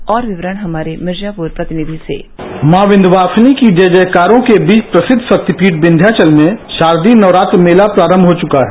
और विवरण हमारे मिर्जापुर प्रतिनिधि से माँ विध्यवासिनी की जय जयकारो के बीच प्रसिद्ध शक्तिपीठ विध्याचल मे शारदीय नवरात्र मेला प्रारम्भ हो चुका है